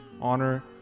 honor